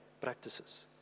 practices